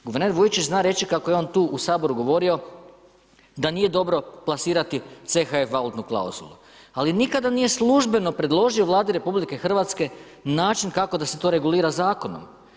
Guverner Vujčić zna reći kako je on tu u Saboru govorio da nije dobro plasirati CHF valutnu klauzulu, ali nikada nije službeno predložio Vladi RH način kako da se regulira zakonom.